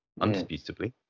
undisputably